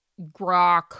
grok